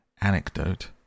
anecdote